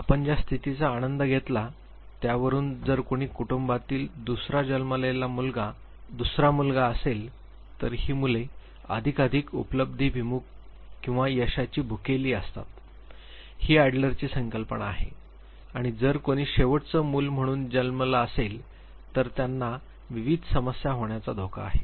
आपण ज्या स्थितीचा आनंद घेतला त्यावरून जर कुणी कुटुंबातील दुसरा जन्मलेला मुलगा दुसरा मुलगा असेल तर ही मुले अधिकाधिक उपलब्धिभिमुख किंवा यशाची भुकेली असतात ही अॅडलरची संकल्पना आहे आणि जर कोणी शेवटचं मूल म्हणून जन्म असेल तर त्यांना विविध समस्या होण्याचा धोका आहे